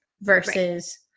versus